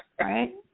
Right